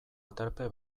aterpe